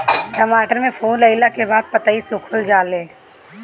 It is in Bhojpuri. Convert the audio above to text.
टमाटर में फूल अईला के बाद पतईया सुकुर जाले?